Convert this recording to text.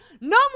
No